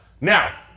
Now